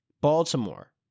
Baltimore